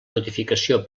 notificació